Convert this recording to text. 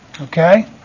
okay